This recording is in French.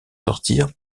sortir